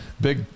Big